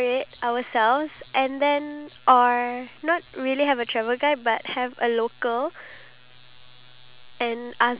iya because from a local's perception of the country you are actually able to get a taste of what it really like